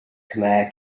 khmer